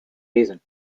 reason